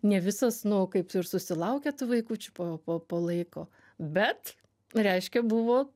ne visos nu kaip ir susilaukia tų vaikučių po po po laiko bet reiškia buvo